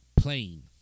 Plain